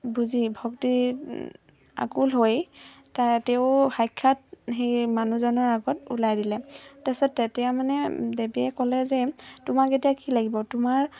বুজি ভক্তিত আকুল হৈ তা তেওঁ সাক্ষাৎ সেই মানুহজনৰ আগত ওলাই দিলে তাৰপিছত তেতিয়া মানে দেৱীয়ে ক'লে যে তোমাক এতিয়া কি লাগিব তোমাৰ